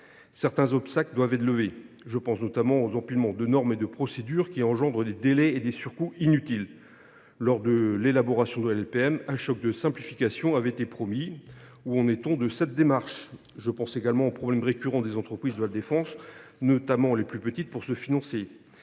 certains obstacles doivent être levés. Je pense aux empilements de normes et de procédures, qui entraînent des délais et des surcoûts inutiles. Lors de l’élaboration de la LPM, un « choc de simplification » avait été promis. Où en est cette démarche ? Je pense également au problème récurrent des entreprises de la défense, notamment des plus petites, pour se financer.